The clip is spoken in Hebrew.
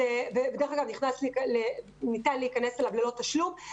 דרך אגב, ניתן להיכנס אליו ללא תשלום.